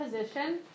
position